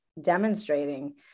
demonstrating